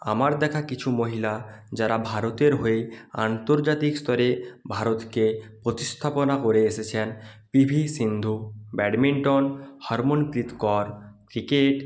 আমার দেখা কিছু মহিলা যারা ভারতের হয়ে আন্তর্জাতিক স্তরে ভারতকে প্রতিস্থাপনা করে এসেছেন P V Sindhu badminton Harmanpreet Kaur cricket